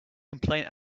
complaint